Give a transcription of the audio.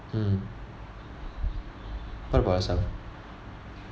mm what about yourself